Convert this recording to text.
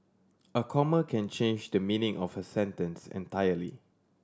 a comma can change the meaning of a sentence entirely